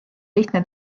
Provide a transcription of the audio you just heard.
lihtne